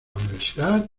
universidad